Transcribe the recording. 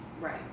Right